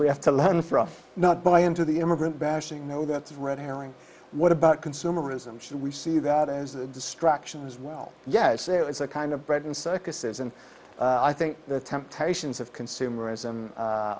we have to learn from not buy into the immigrant bashing no that's red herring what about consumerism should we see that is a distraction as well yeah it's a it's a kind of bread and circuses and i think the temptations of consumerism